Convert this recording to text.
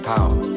Power